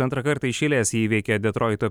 antrą kartą iš eilės įveikė detroito